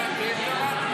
את מה שיש שם.